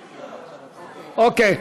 אוקיי,